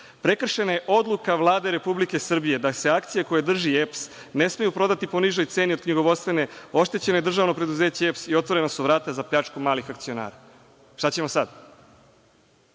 Prekršena je odluka Vlade Republike Srbije da se akcije koje drži EPS ne smeju prodati po nižoj ceni od knjigovodstvene. Oštećeno je državno preduzeće EPS i otvorena su vrata za pljačku malih akcionara. Šta ćemo sada?